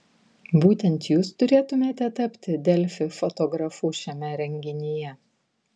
būtent jūs turėtumėte tapti delfi fotografu šiame renginyje